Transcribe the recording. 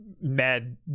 mad